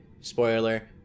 Spoiler